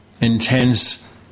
intense